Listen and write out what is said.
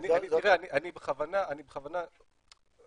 תראה, אני בכוונה רוצה